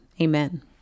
amen